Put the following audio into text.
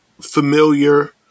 familiar